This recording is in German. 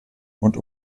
und